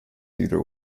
either